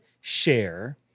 share